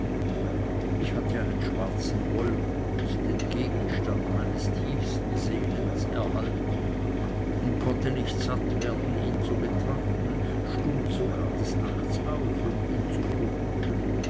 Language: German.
ich hatte einen schwarzen wollhut den gegenstand meines tiefsten sehnens erhalten und konnte nicht satt werden ihn zu betrachten stund sogar des nachts auf um ihn zu probieren